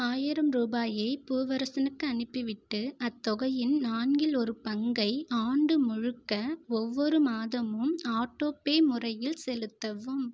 ஆயிரம் ரூபாயை பூவரசனுக்கு அனுப்பிவிட்டு அத்தொகையின் நான்கில் ஒரு பங்கை ஆண்டு முழுக்க ஒவ்வொரு மாதமும் ஆட்டோபே முறையில் செலுத்தவும்